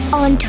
on